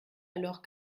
alors